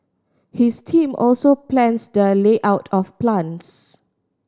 his team also plans the layout of plants